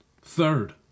Third